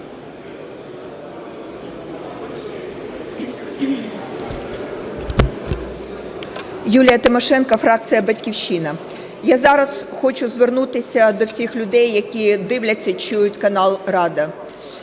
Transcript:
Юлія Тимошенко, фракція "Батьківщина". Я зараз хочу звернутися до всіх людей, які дивляться і чують канал "Рада".